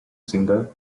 singer